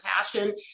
passion